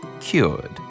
cured